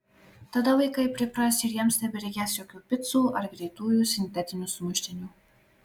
tada vaikai pripras ir jiems nebereikės jokių picų ar greitųjų sintetinių sumuštinių